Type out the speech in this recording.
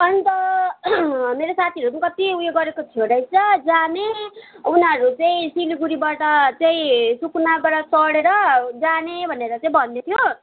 अन्त मेरो साथीहरू कति उयो गरेको थियो रहेछ जाने उनीहरू चाहिँ सिलगडीबाट चाहिँ सुकुनाबाट चढेर जाने भनेर चाहिँ भन्दै थियो